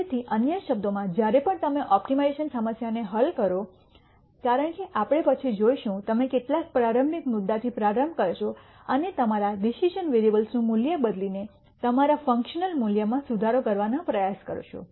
તેથી અન્ય શબ્દોમાં જ્યારે પણ તમે ઓપ્ટિમાઇઝેશન સમસ્યાને હલ કરો કારણ કે આપણે પછી જોશું તમે કેટલાક પ્રારંભિક મુદ્દાથી પ્રારંભ કરશો અને તમારા ડિસિઝન વેરીએબલ્સનું મૂલ્ય બદલીને તમારા ફંકશન મૂલ્યમાં સુધારો કરવાનો પ્રયાસ કરશો